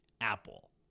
Apple